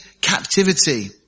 captivity